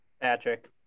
Patrick